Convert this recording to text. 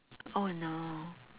oh no